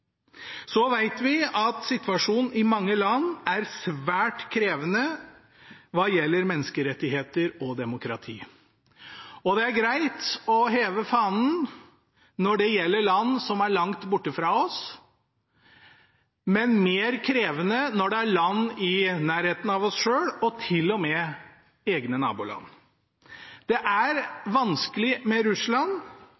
Vi vet at situasjonen i mange land er svært krevende hva gjelder menneskerettigheter og demokrati. Det er greit å heve fanen når det gjelder land som er langt borte fra oss, men mer krevende når det er land i nærheten av oss selv – og til og med våre egne naboland. Det er